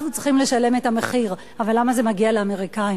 אנחנו צריכים לשלם את המחיר אבל למה זה מגיע לאמריקנים?